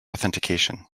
authentication